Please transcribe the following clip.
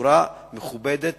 בצורה מכובדת